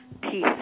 peace